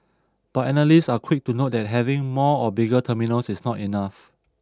but analysts are quick to note that having more or bigger terminals is not enough